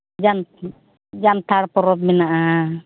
ᱡᱟᱱᱛᱷᱟ ᱡᱟᱱᱛᱷᱟᱲ ᱯᱚᱨᱚᱵ ᱢᱮᱱᱟᱜᱼᱟ